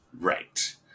Right